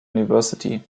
university